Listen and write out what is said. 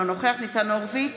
אינו נוכח ניצן הורוביץ,